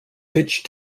pitch